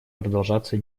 продолжаться